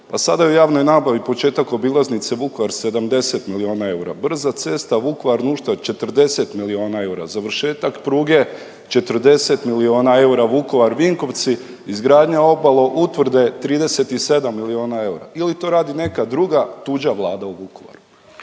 pa sada je u javnoj nabavi početak obilaznice Vukovar 70 miliona eura, brza cesta Vukovar – Nuštar 40 miliona eura, završetak pruge 40 miliona eura Vukovar – Vinkovci, izgradnja obaloutvrde 37 miliona eura ili to radi neka druga tuđa vlada u Vukovaru.